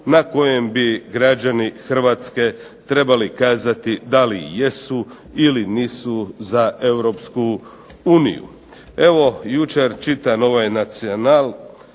na kojem bi građani Hrvatske trebali kazati da li jesu ili nisu za Europsku uniju. Evo, jučer čitam ovaj Nacional